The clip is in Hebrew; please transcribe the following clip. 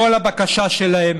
כל הבקשה שלהם,